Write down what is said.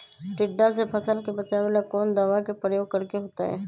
टिड्डा से फसल के बचावेला कौन दावा के प्रयोग करके होतै?